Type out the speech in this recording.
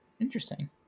Interesting